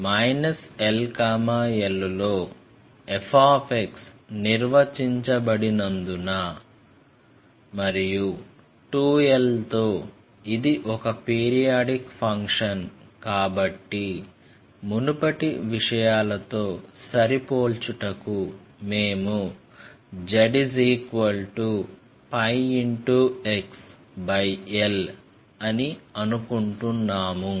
l l లో f నిర్వచించబడినందున మరియు 2l తో ఇది ఒక పీరియాడిక్ ఫంక్షన్ కాబట్టి మునుపటి విషయాలతో సరిపోల్చుటకు మేము zπxl అని అనుకుంటున్నాము